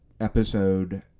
episode